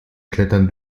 klettern